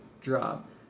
drop